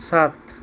सात